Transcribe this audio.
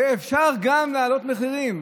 ואפשר גם להעלות מחירים.